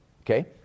okay